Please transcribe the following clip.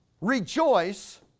Rejoice